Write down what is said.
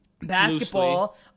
basketball